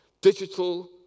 digital